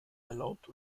erlaubt